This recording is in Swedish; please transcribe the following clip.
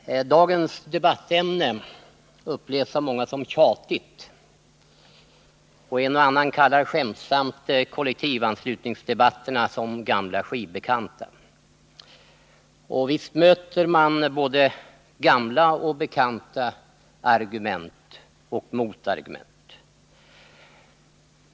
Herr talman! Dagens debattämne upplevs av många som tjatigt, och en och annan kallar skämtsamt kollektivanslutningsdebatterna ”gamla skivbekanta”. Och visst möter man både gamla och bekanta argument och motargument.